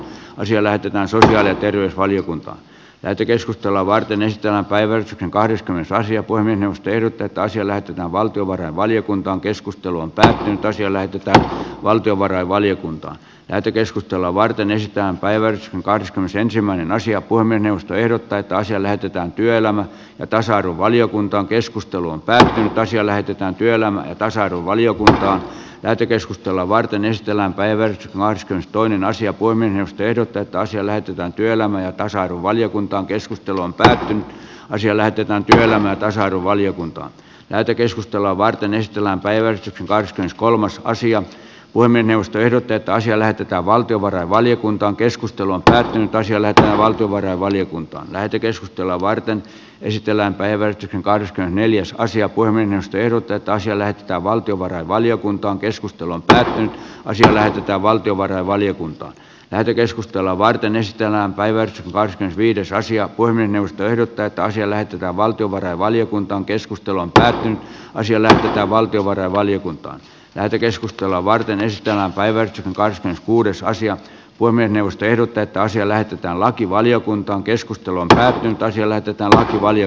asia lähetetään suoraan ettei työvaliokuntaan käyty keskustelua varten ystävänpäivän kahdeskymmenes asia kuin minusta erotetaan siellä ja valtiovarainvaliokuntaan keskustelun päähinettä sillä että valtiovarainvaliokunta on käyty keskustelua varten esitetään päiväys kahdeskymmenesensimmäinen asia kuin minusta ehdottaa että asia näytetään työelämän tasa arvovaliokuntakeskustelu on päättynyt tai siellä pitää työelämän tasa arvovaliokunta käyty keskustelua varten esitellään päivän naisten toinen asia voimme tehdä tätä asiaa löytyvän työelämän ja tasa arvovaliokuntaan keskustelun pelätyn siellä töitään tietämättä sadun valiokunta lähetekeskustelua varten ystävänpäivän kortit kolmas asia voi mennä ostoehdot että asia lähetetään valtiovarainvaliokuntaankeskustelua tarvitaan sillä että valtiovarainvaliokunta lähetekeskustelua varten esitellään päivän kahdesta neljäs asia kuin verotetaan sillä että valtiovarainvaliokuntaan keskustelun tärkein asia lähetetään valtiovarainvaliokuntaan käyty keskustelua varten esitellään päivät ovat viides asia kuin enemmistö ehdottaa että asia lähetetään valtiovarainvaliokuntaankeskustelun tai siellä tehdään valtiovarainvaliokuntaan käyty keskustelua varten esittää päivä kahdesti kuudes asiat poimienius teiltä että asia lähetetäänlakivaliokunta on keskustelun tähän hintaan mutta tämä oli